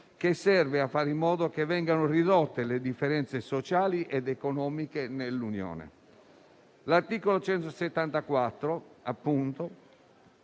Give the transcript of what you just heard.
che serve a fare in modo che vengano ridotte le differenze sociali ed economiche nell'Unione. L'articolo 174 in